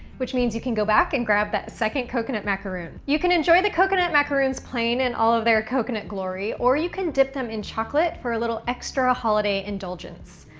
which means you can go back and grab that second coconut macaroon. you can enjoy the coconut macaroons plain in all of their coconut glory, or you can dip them in chocolate for a little extra holiday indulgence.